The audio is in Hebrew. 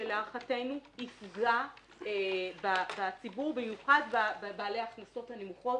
שלהערכתנו יפגע בציבור במיוחד בבעלי ההכנסות הנמוכות.